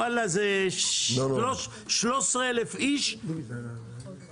וואלה זה 13,000 איש לחודש.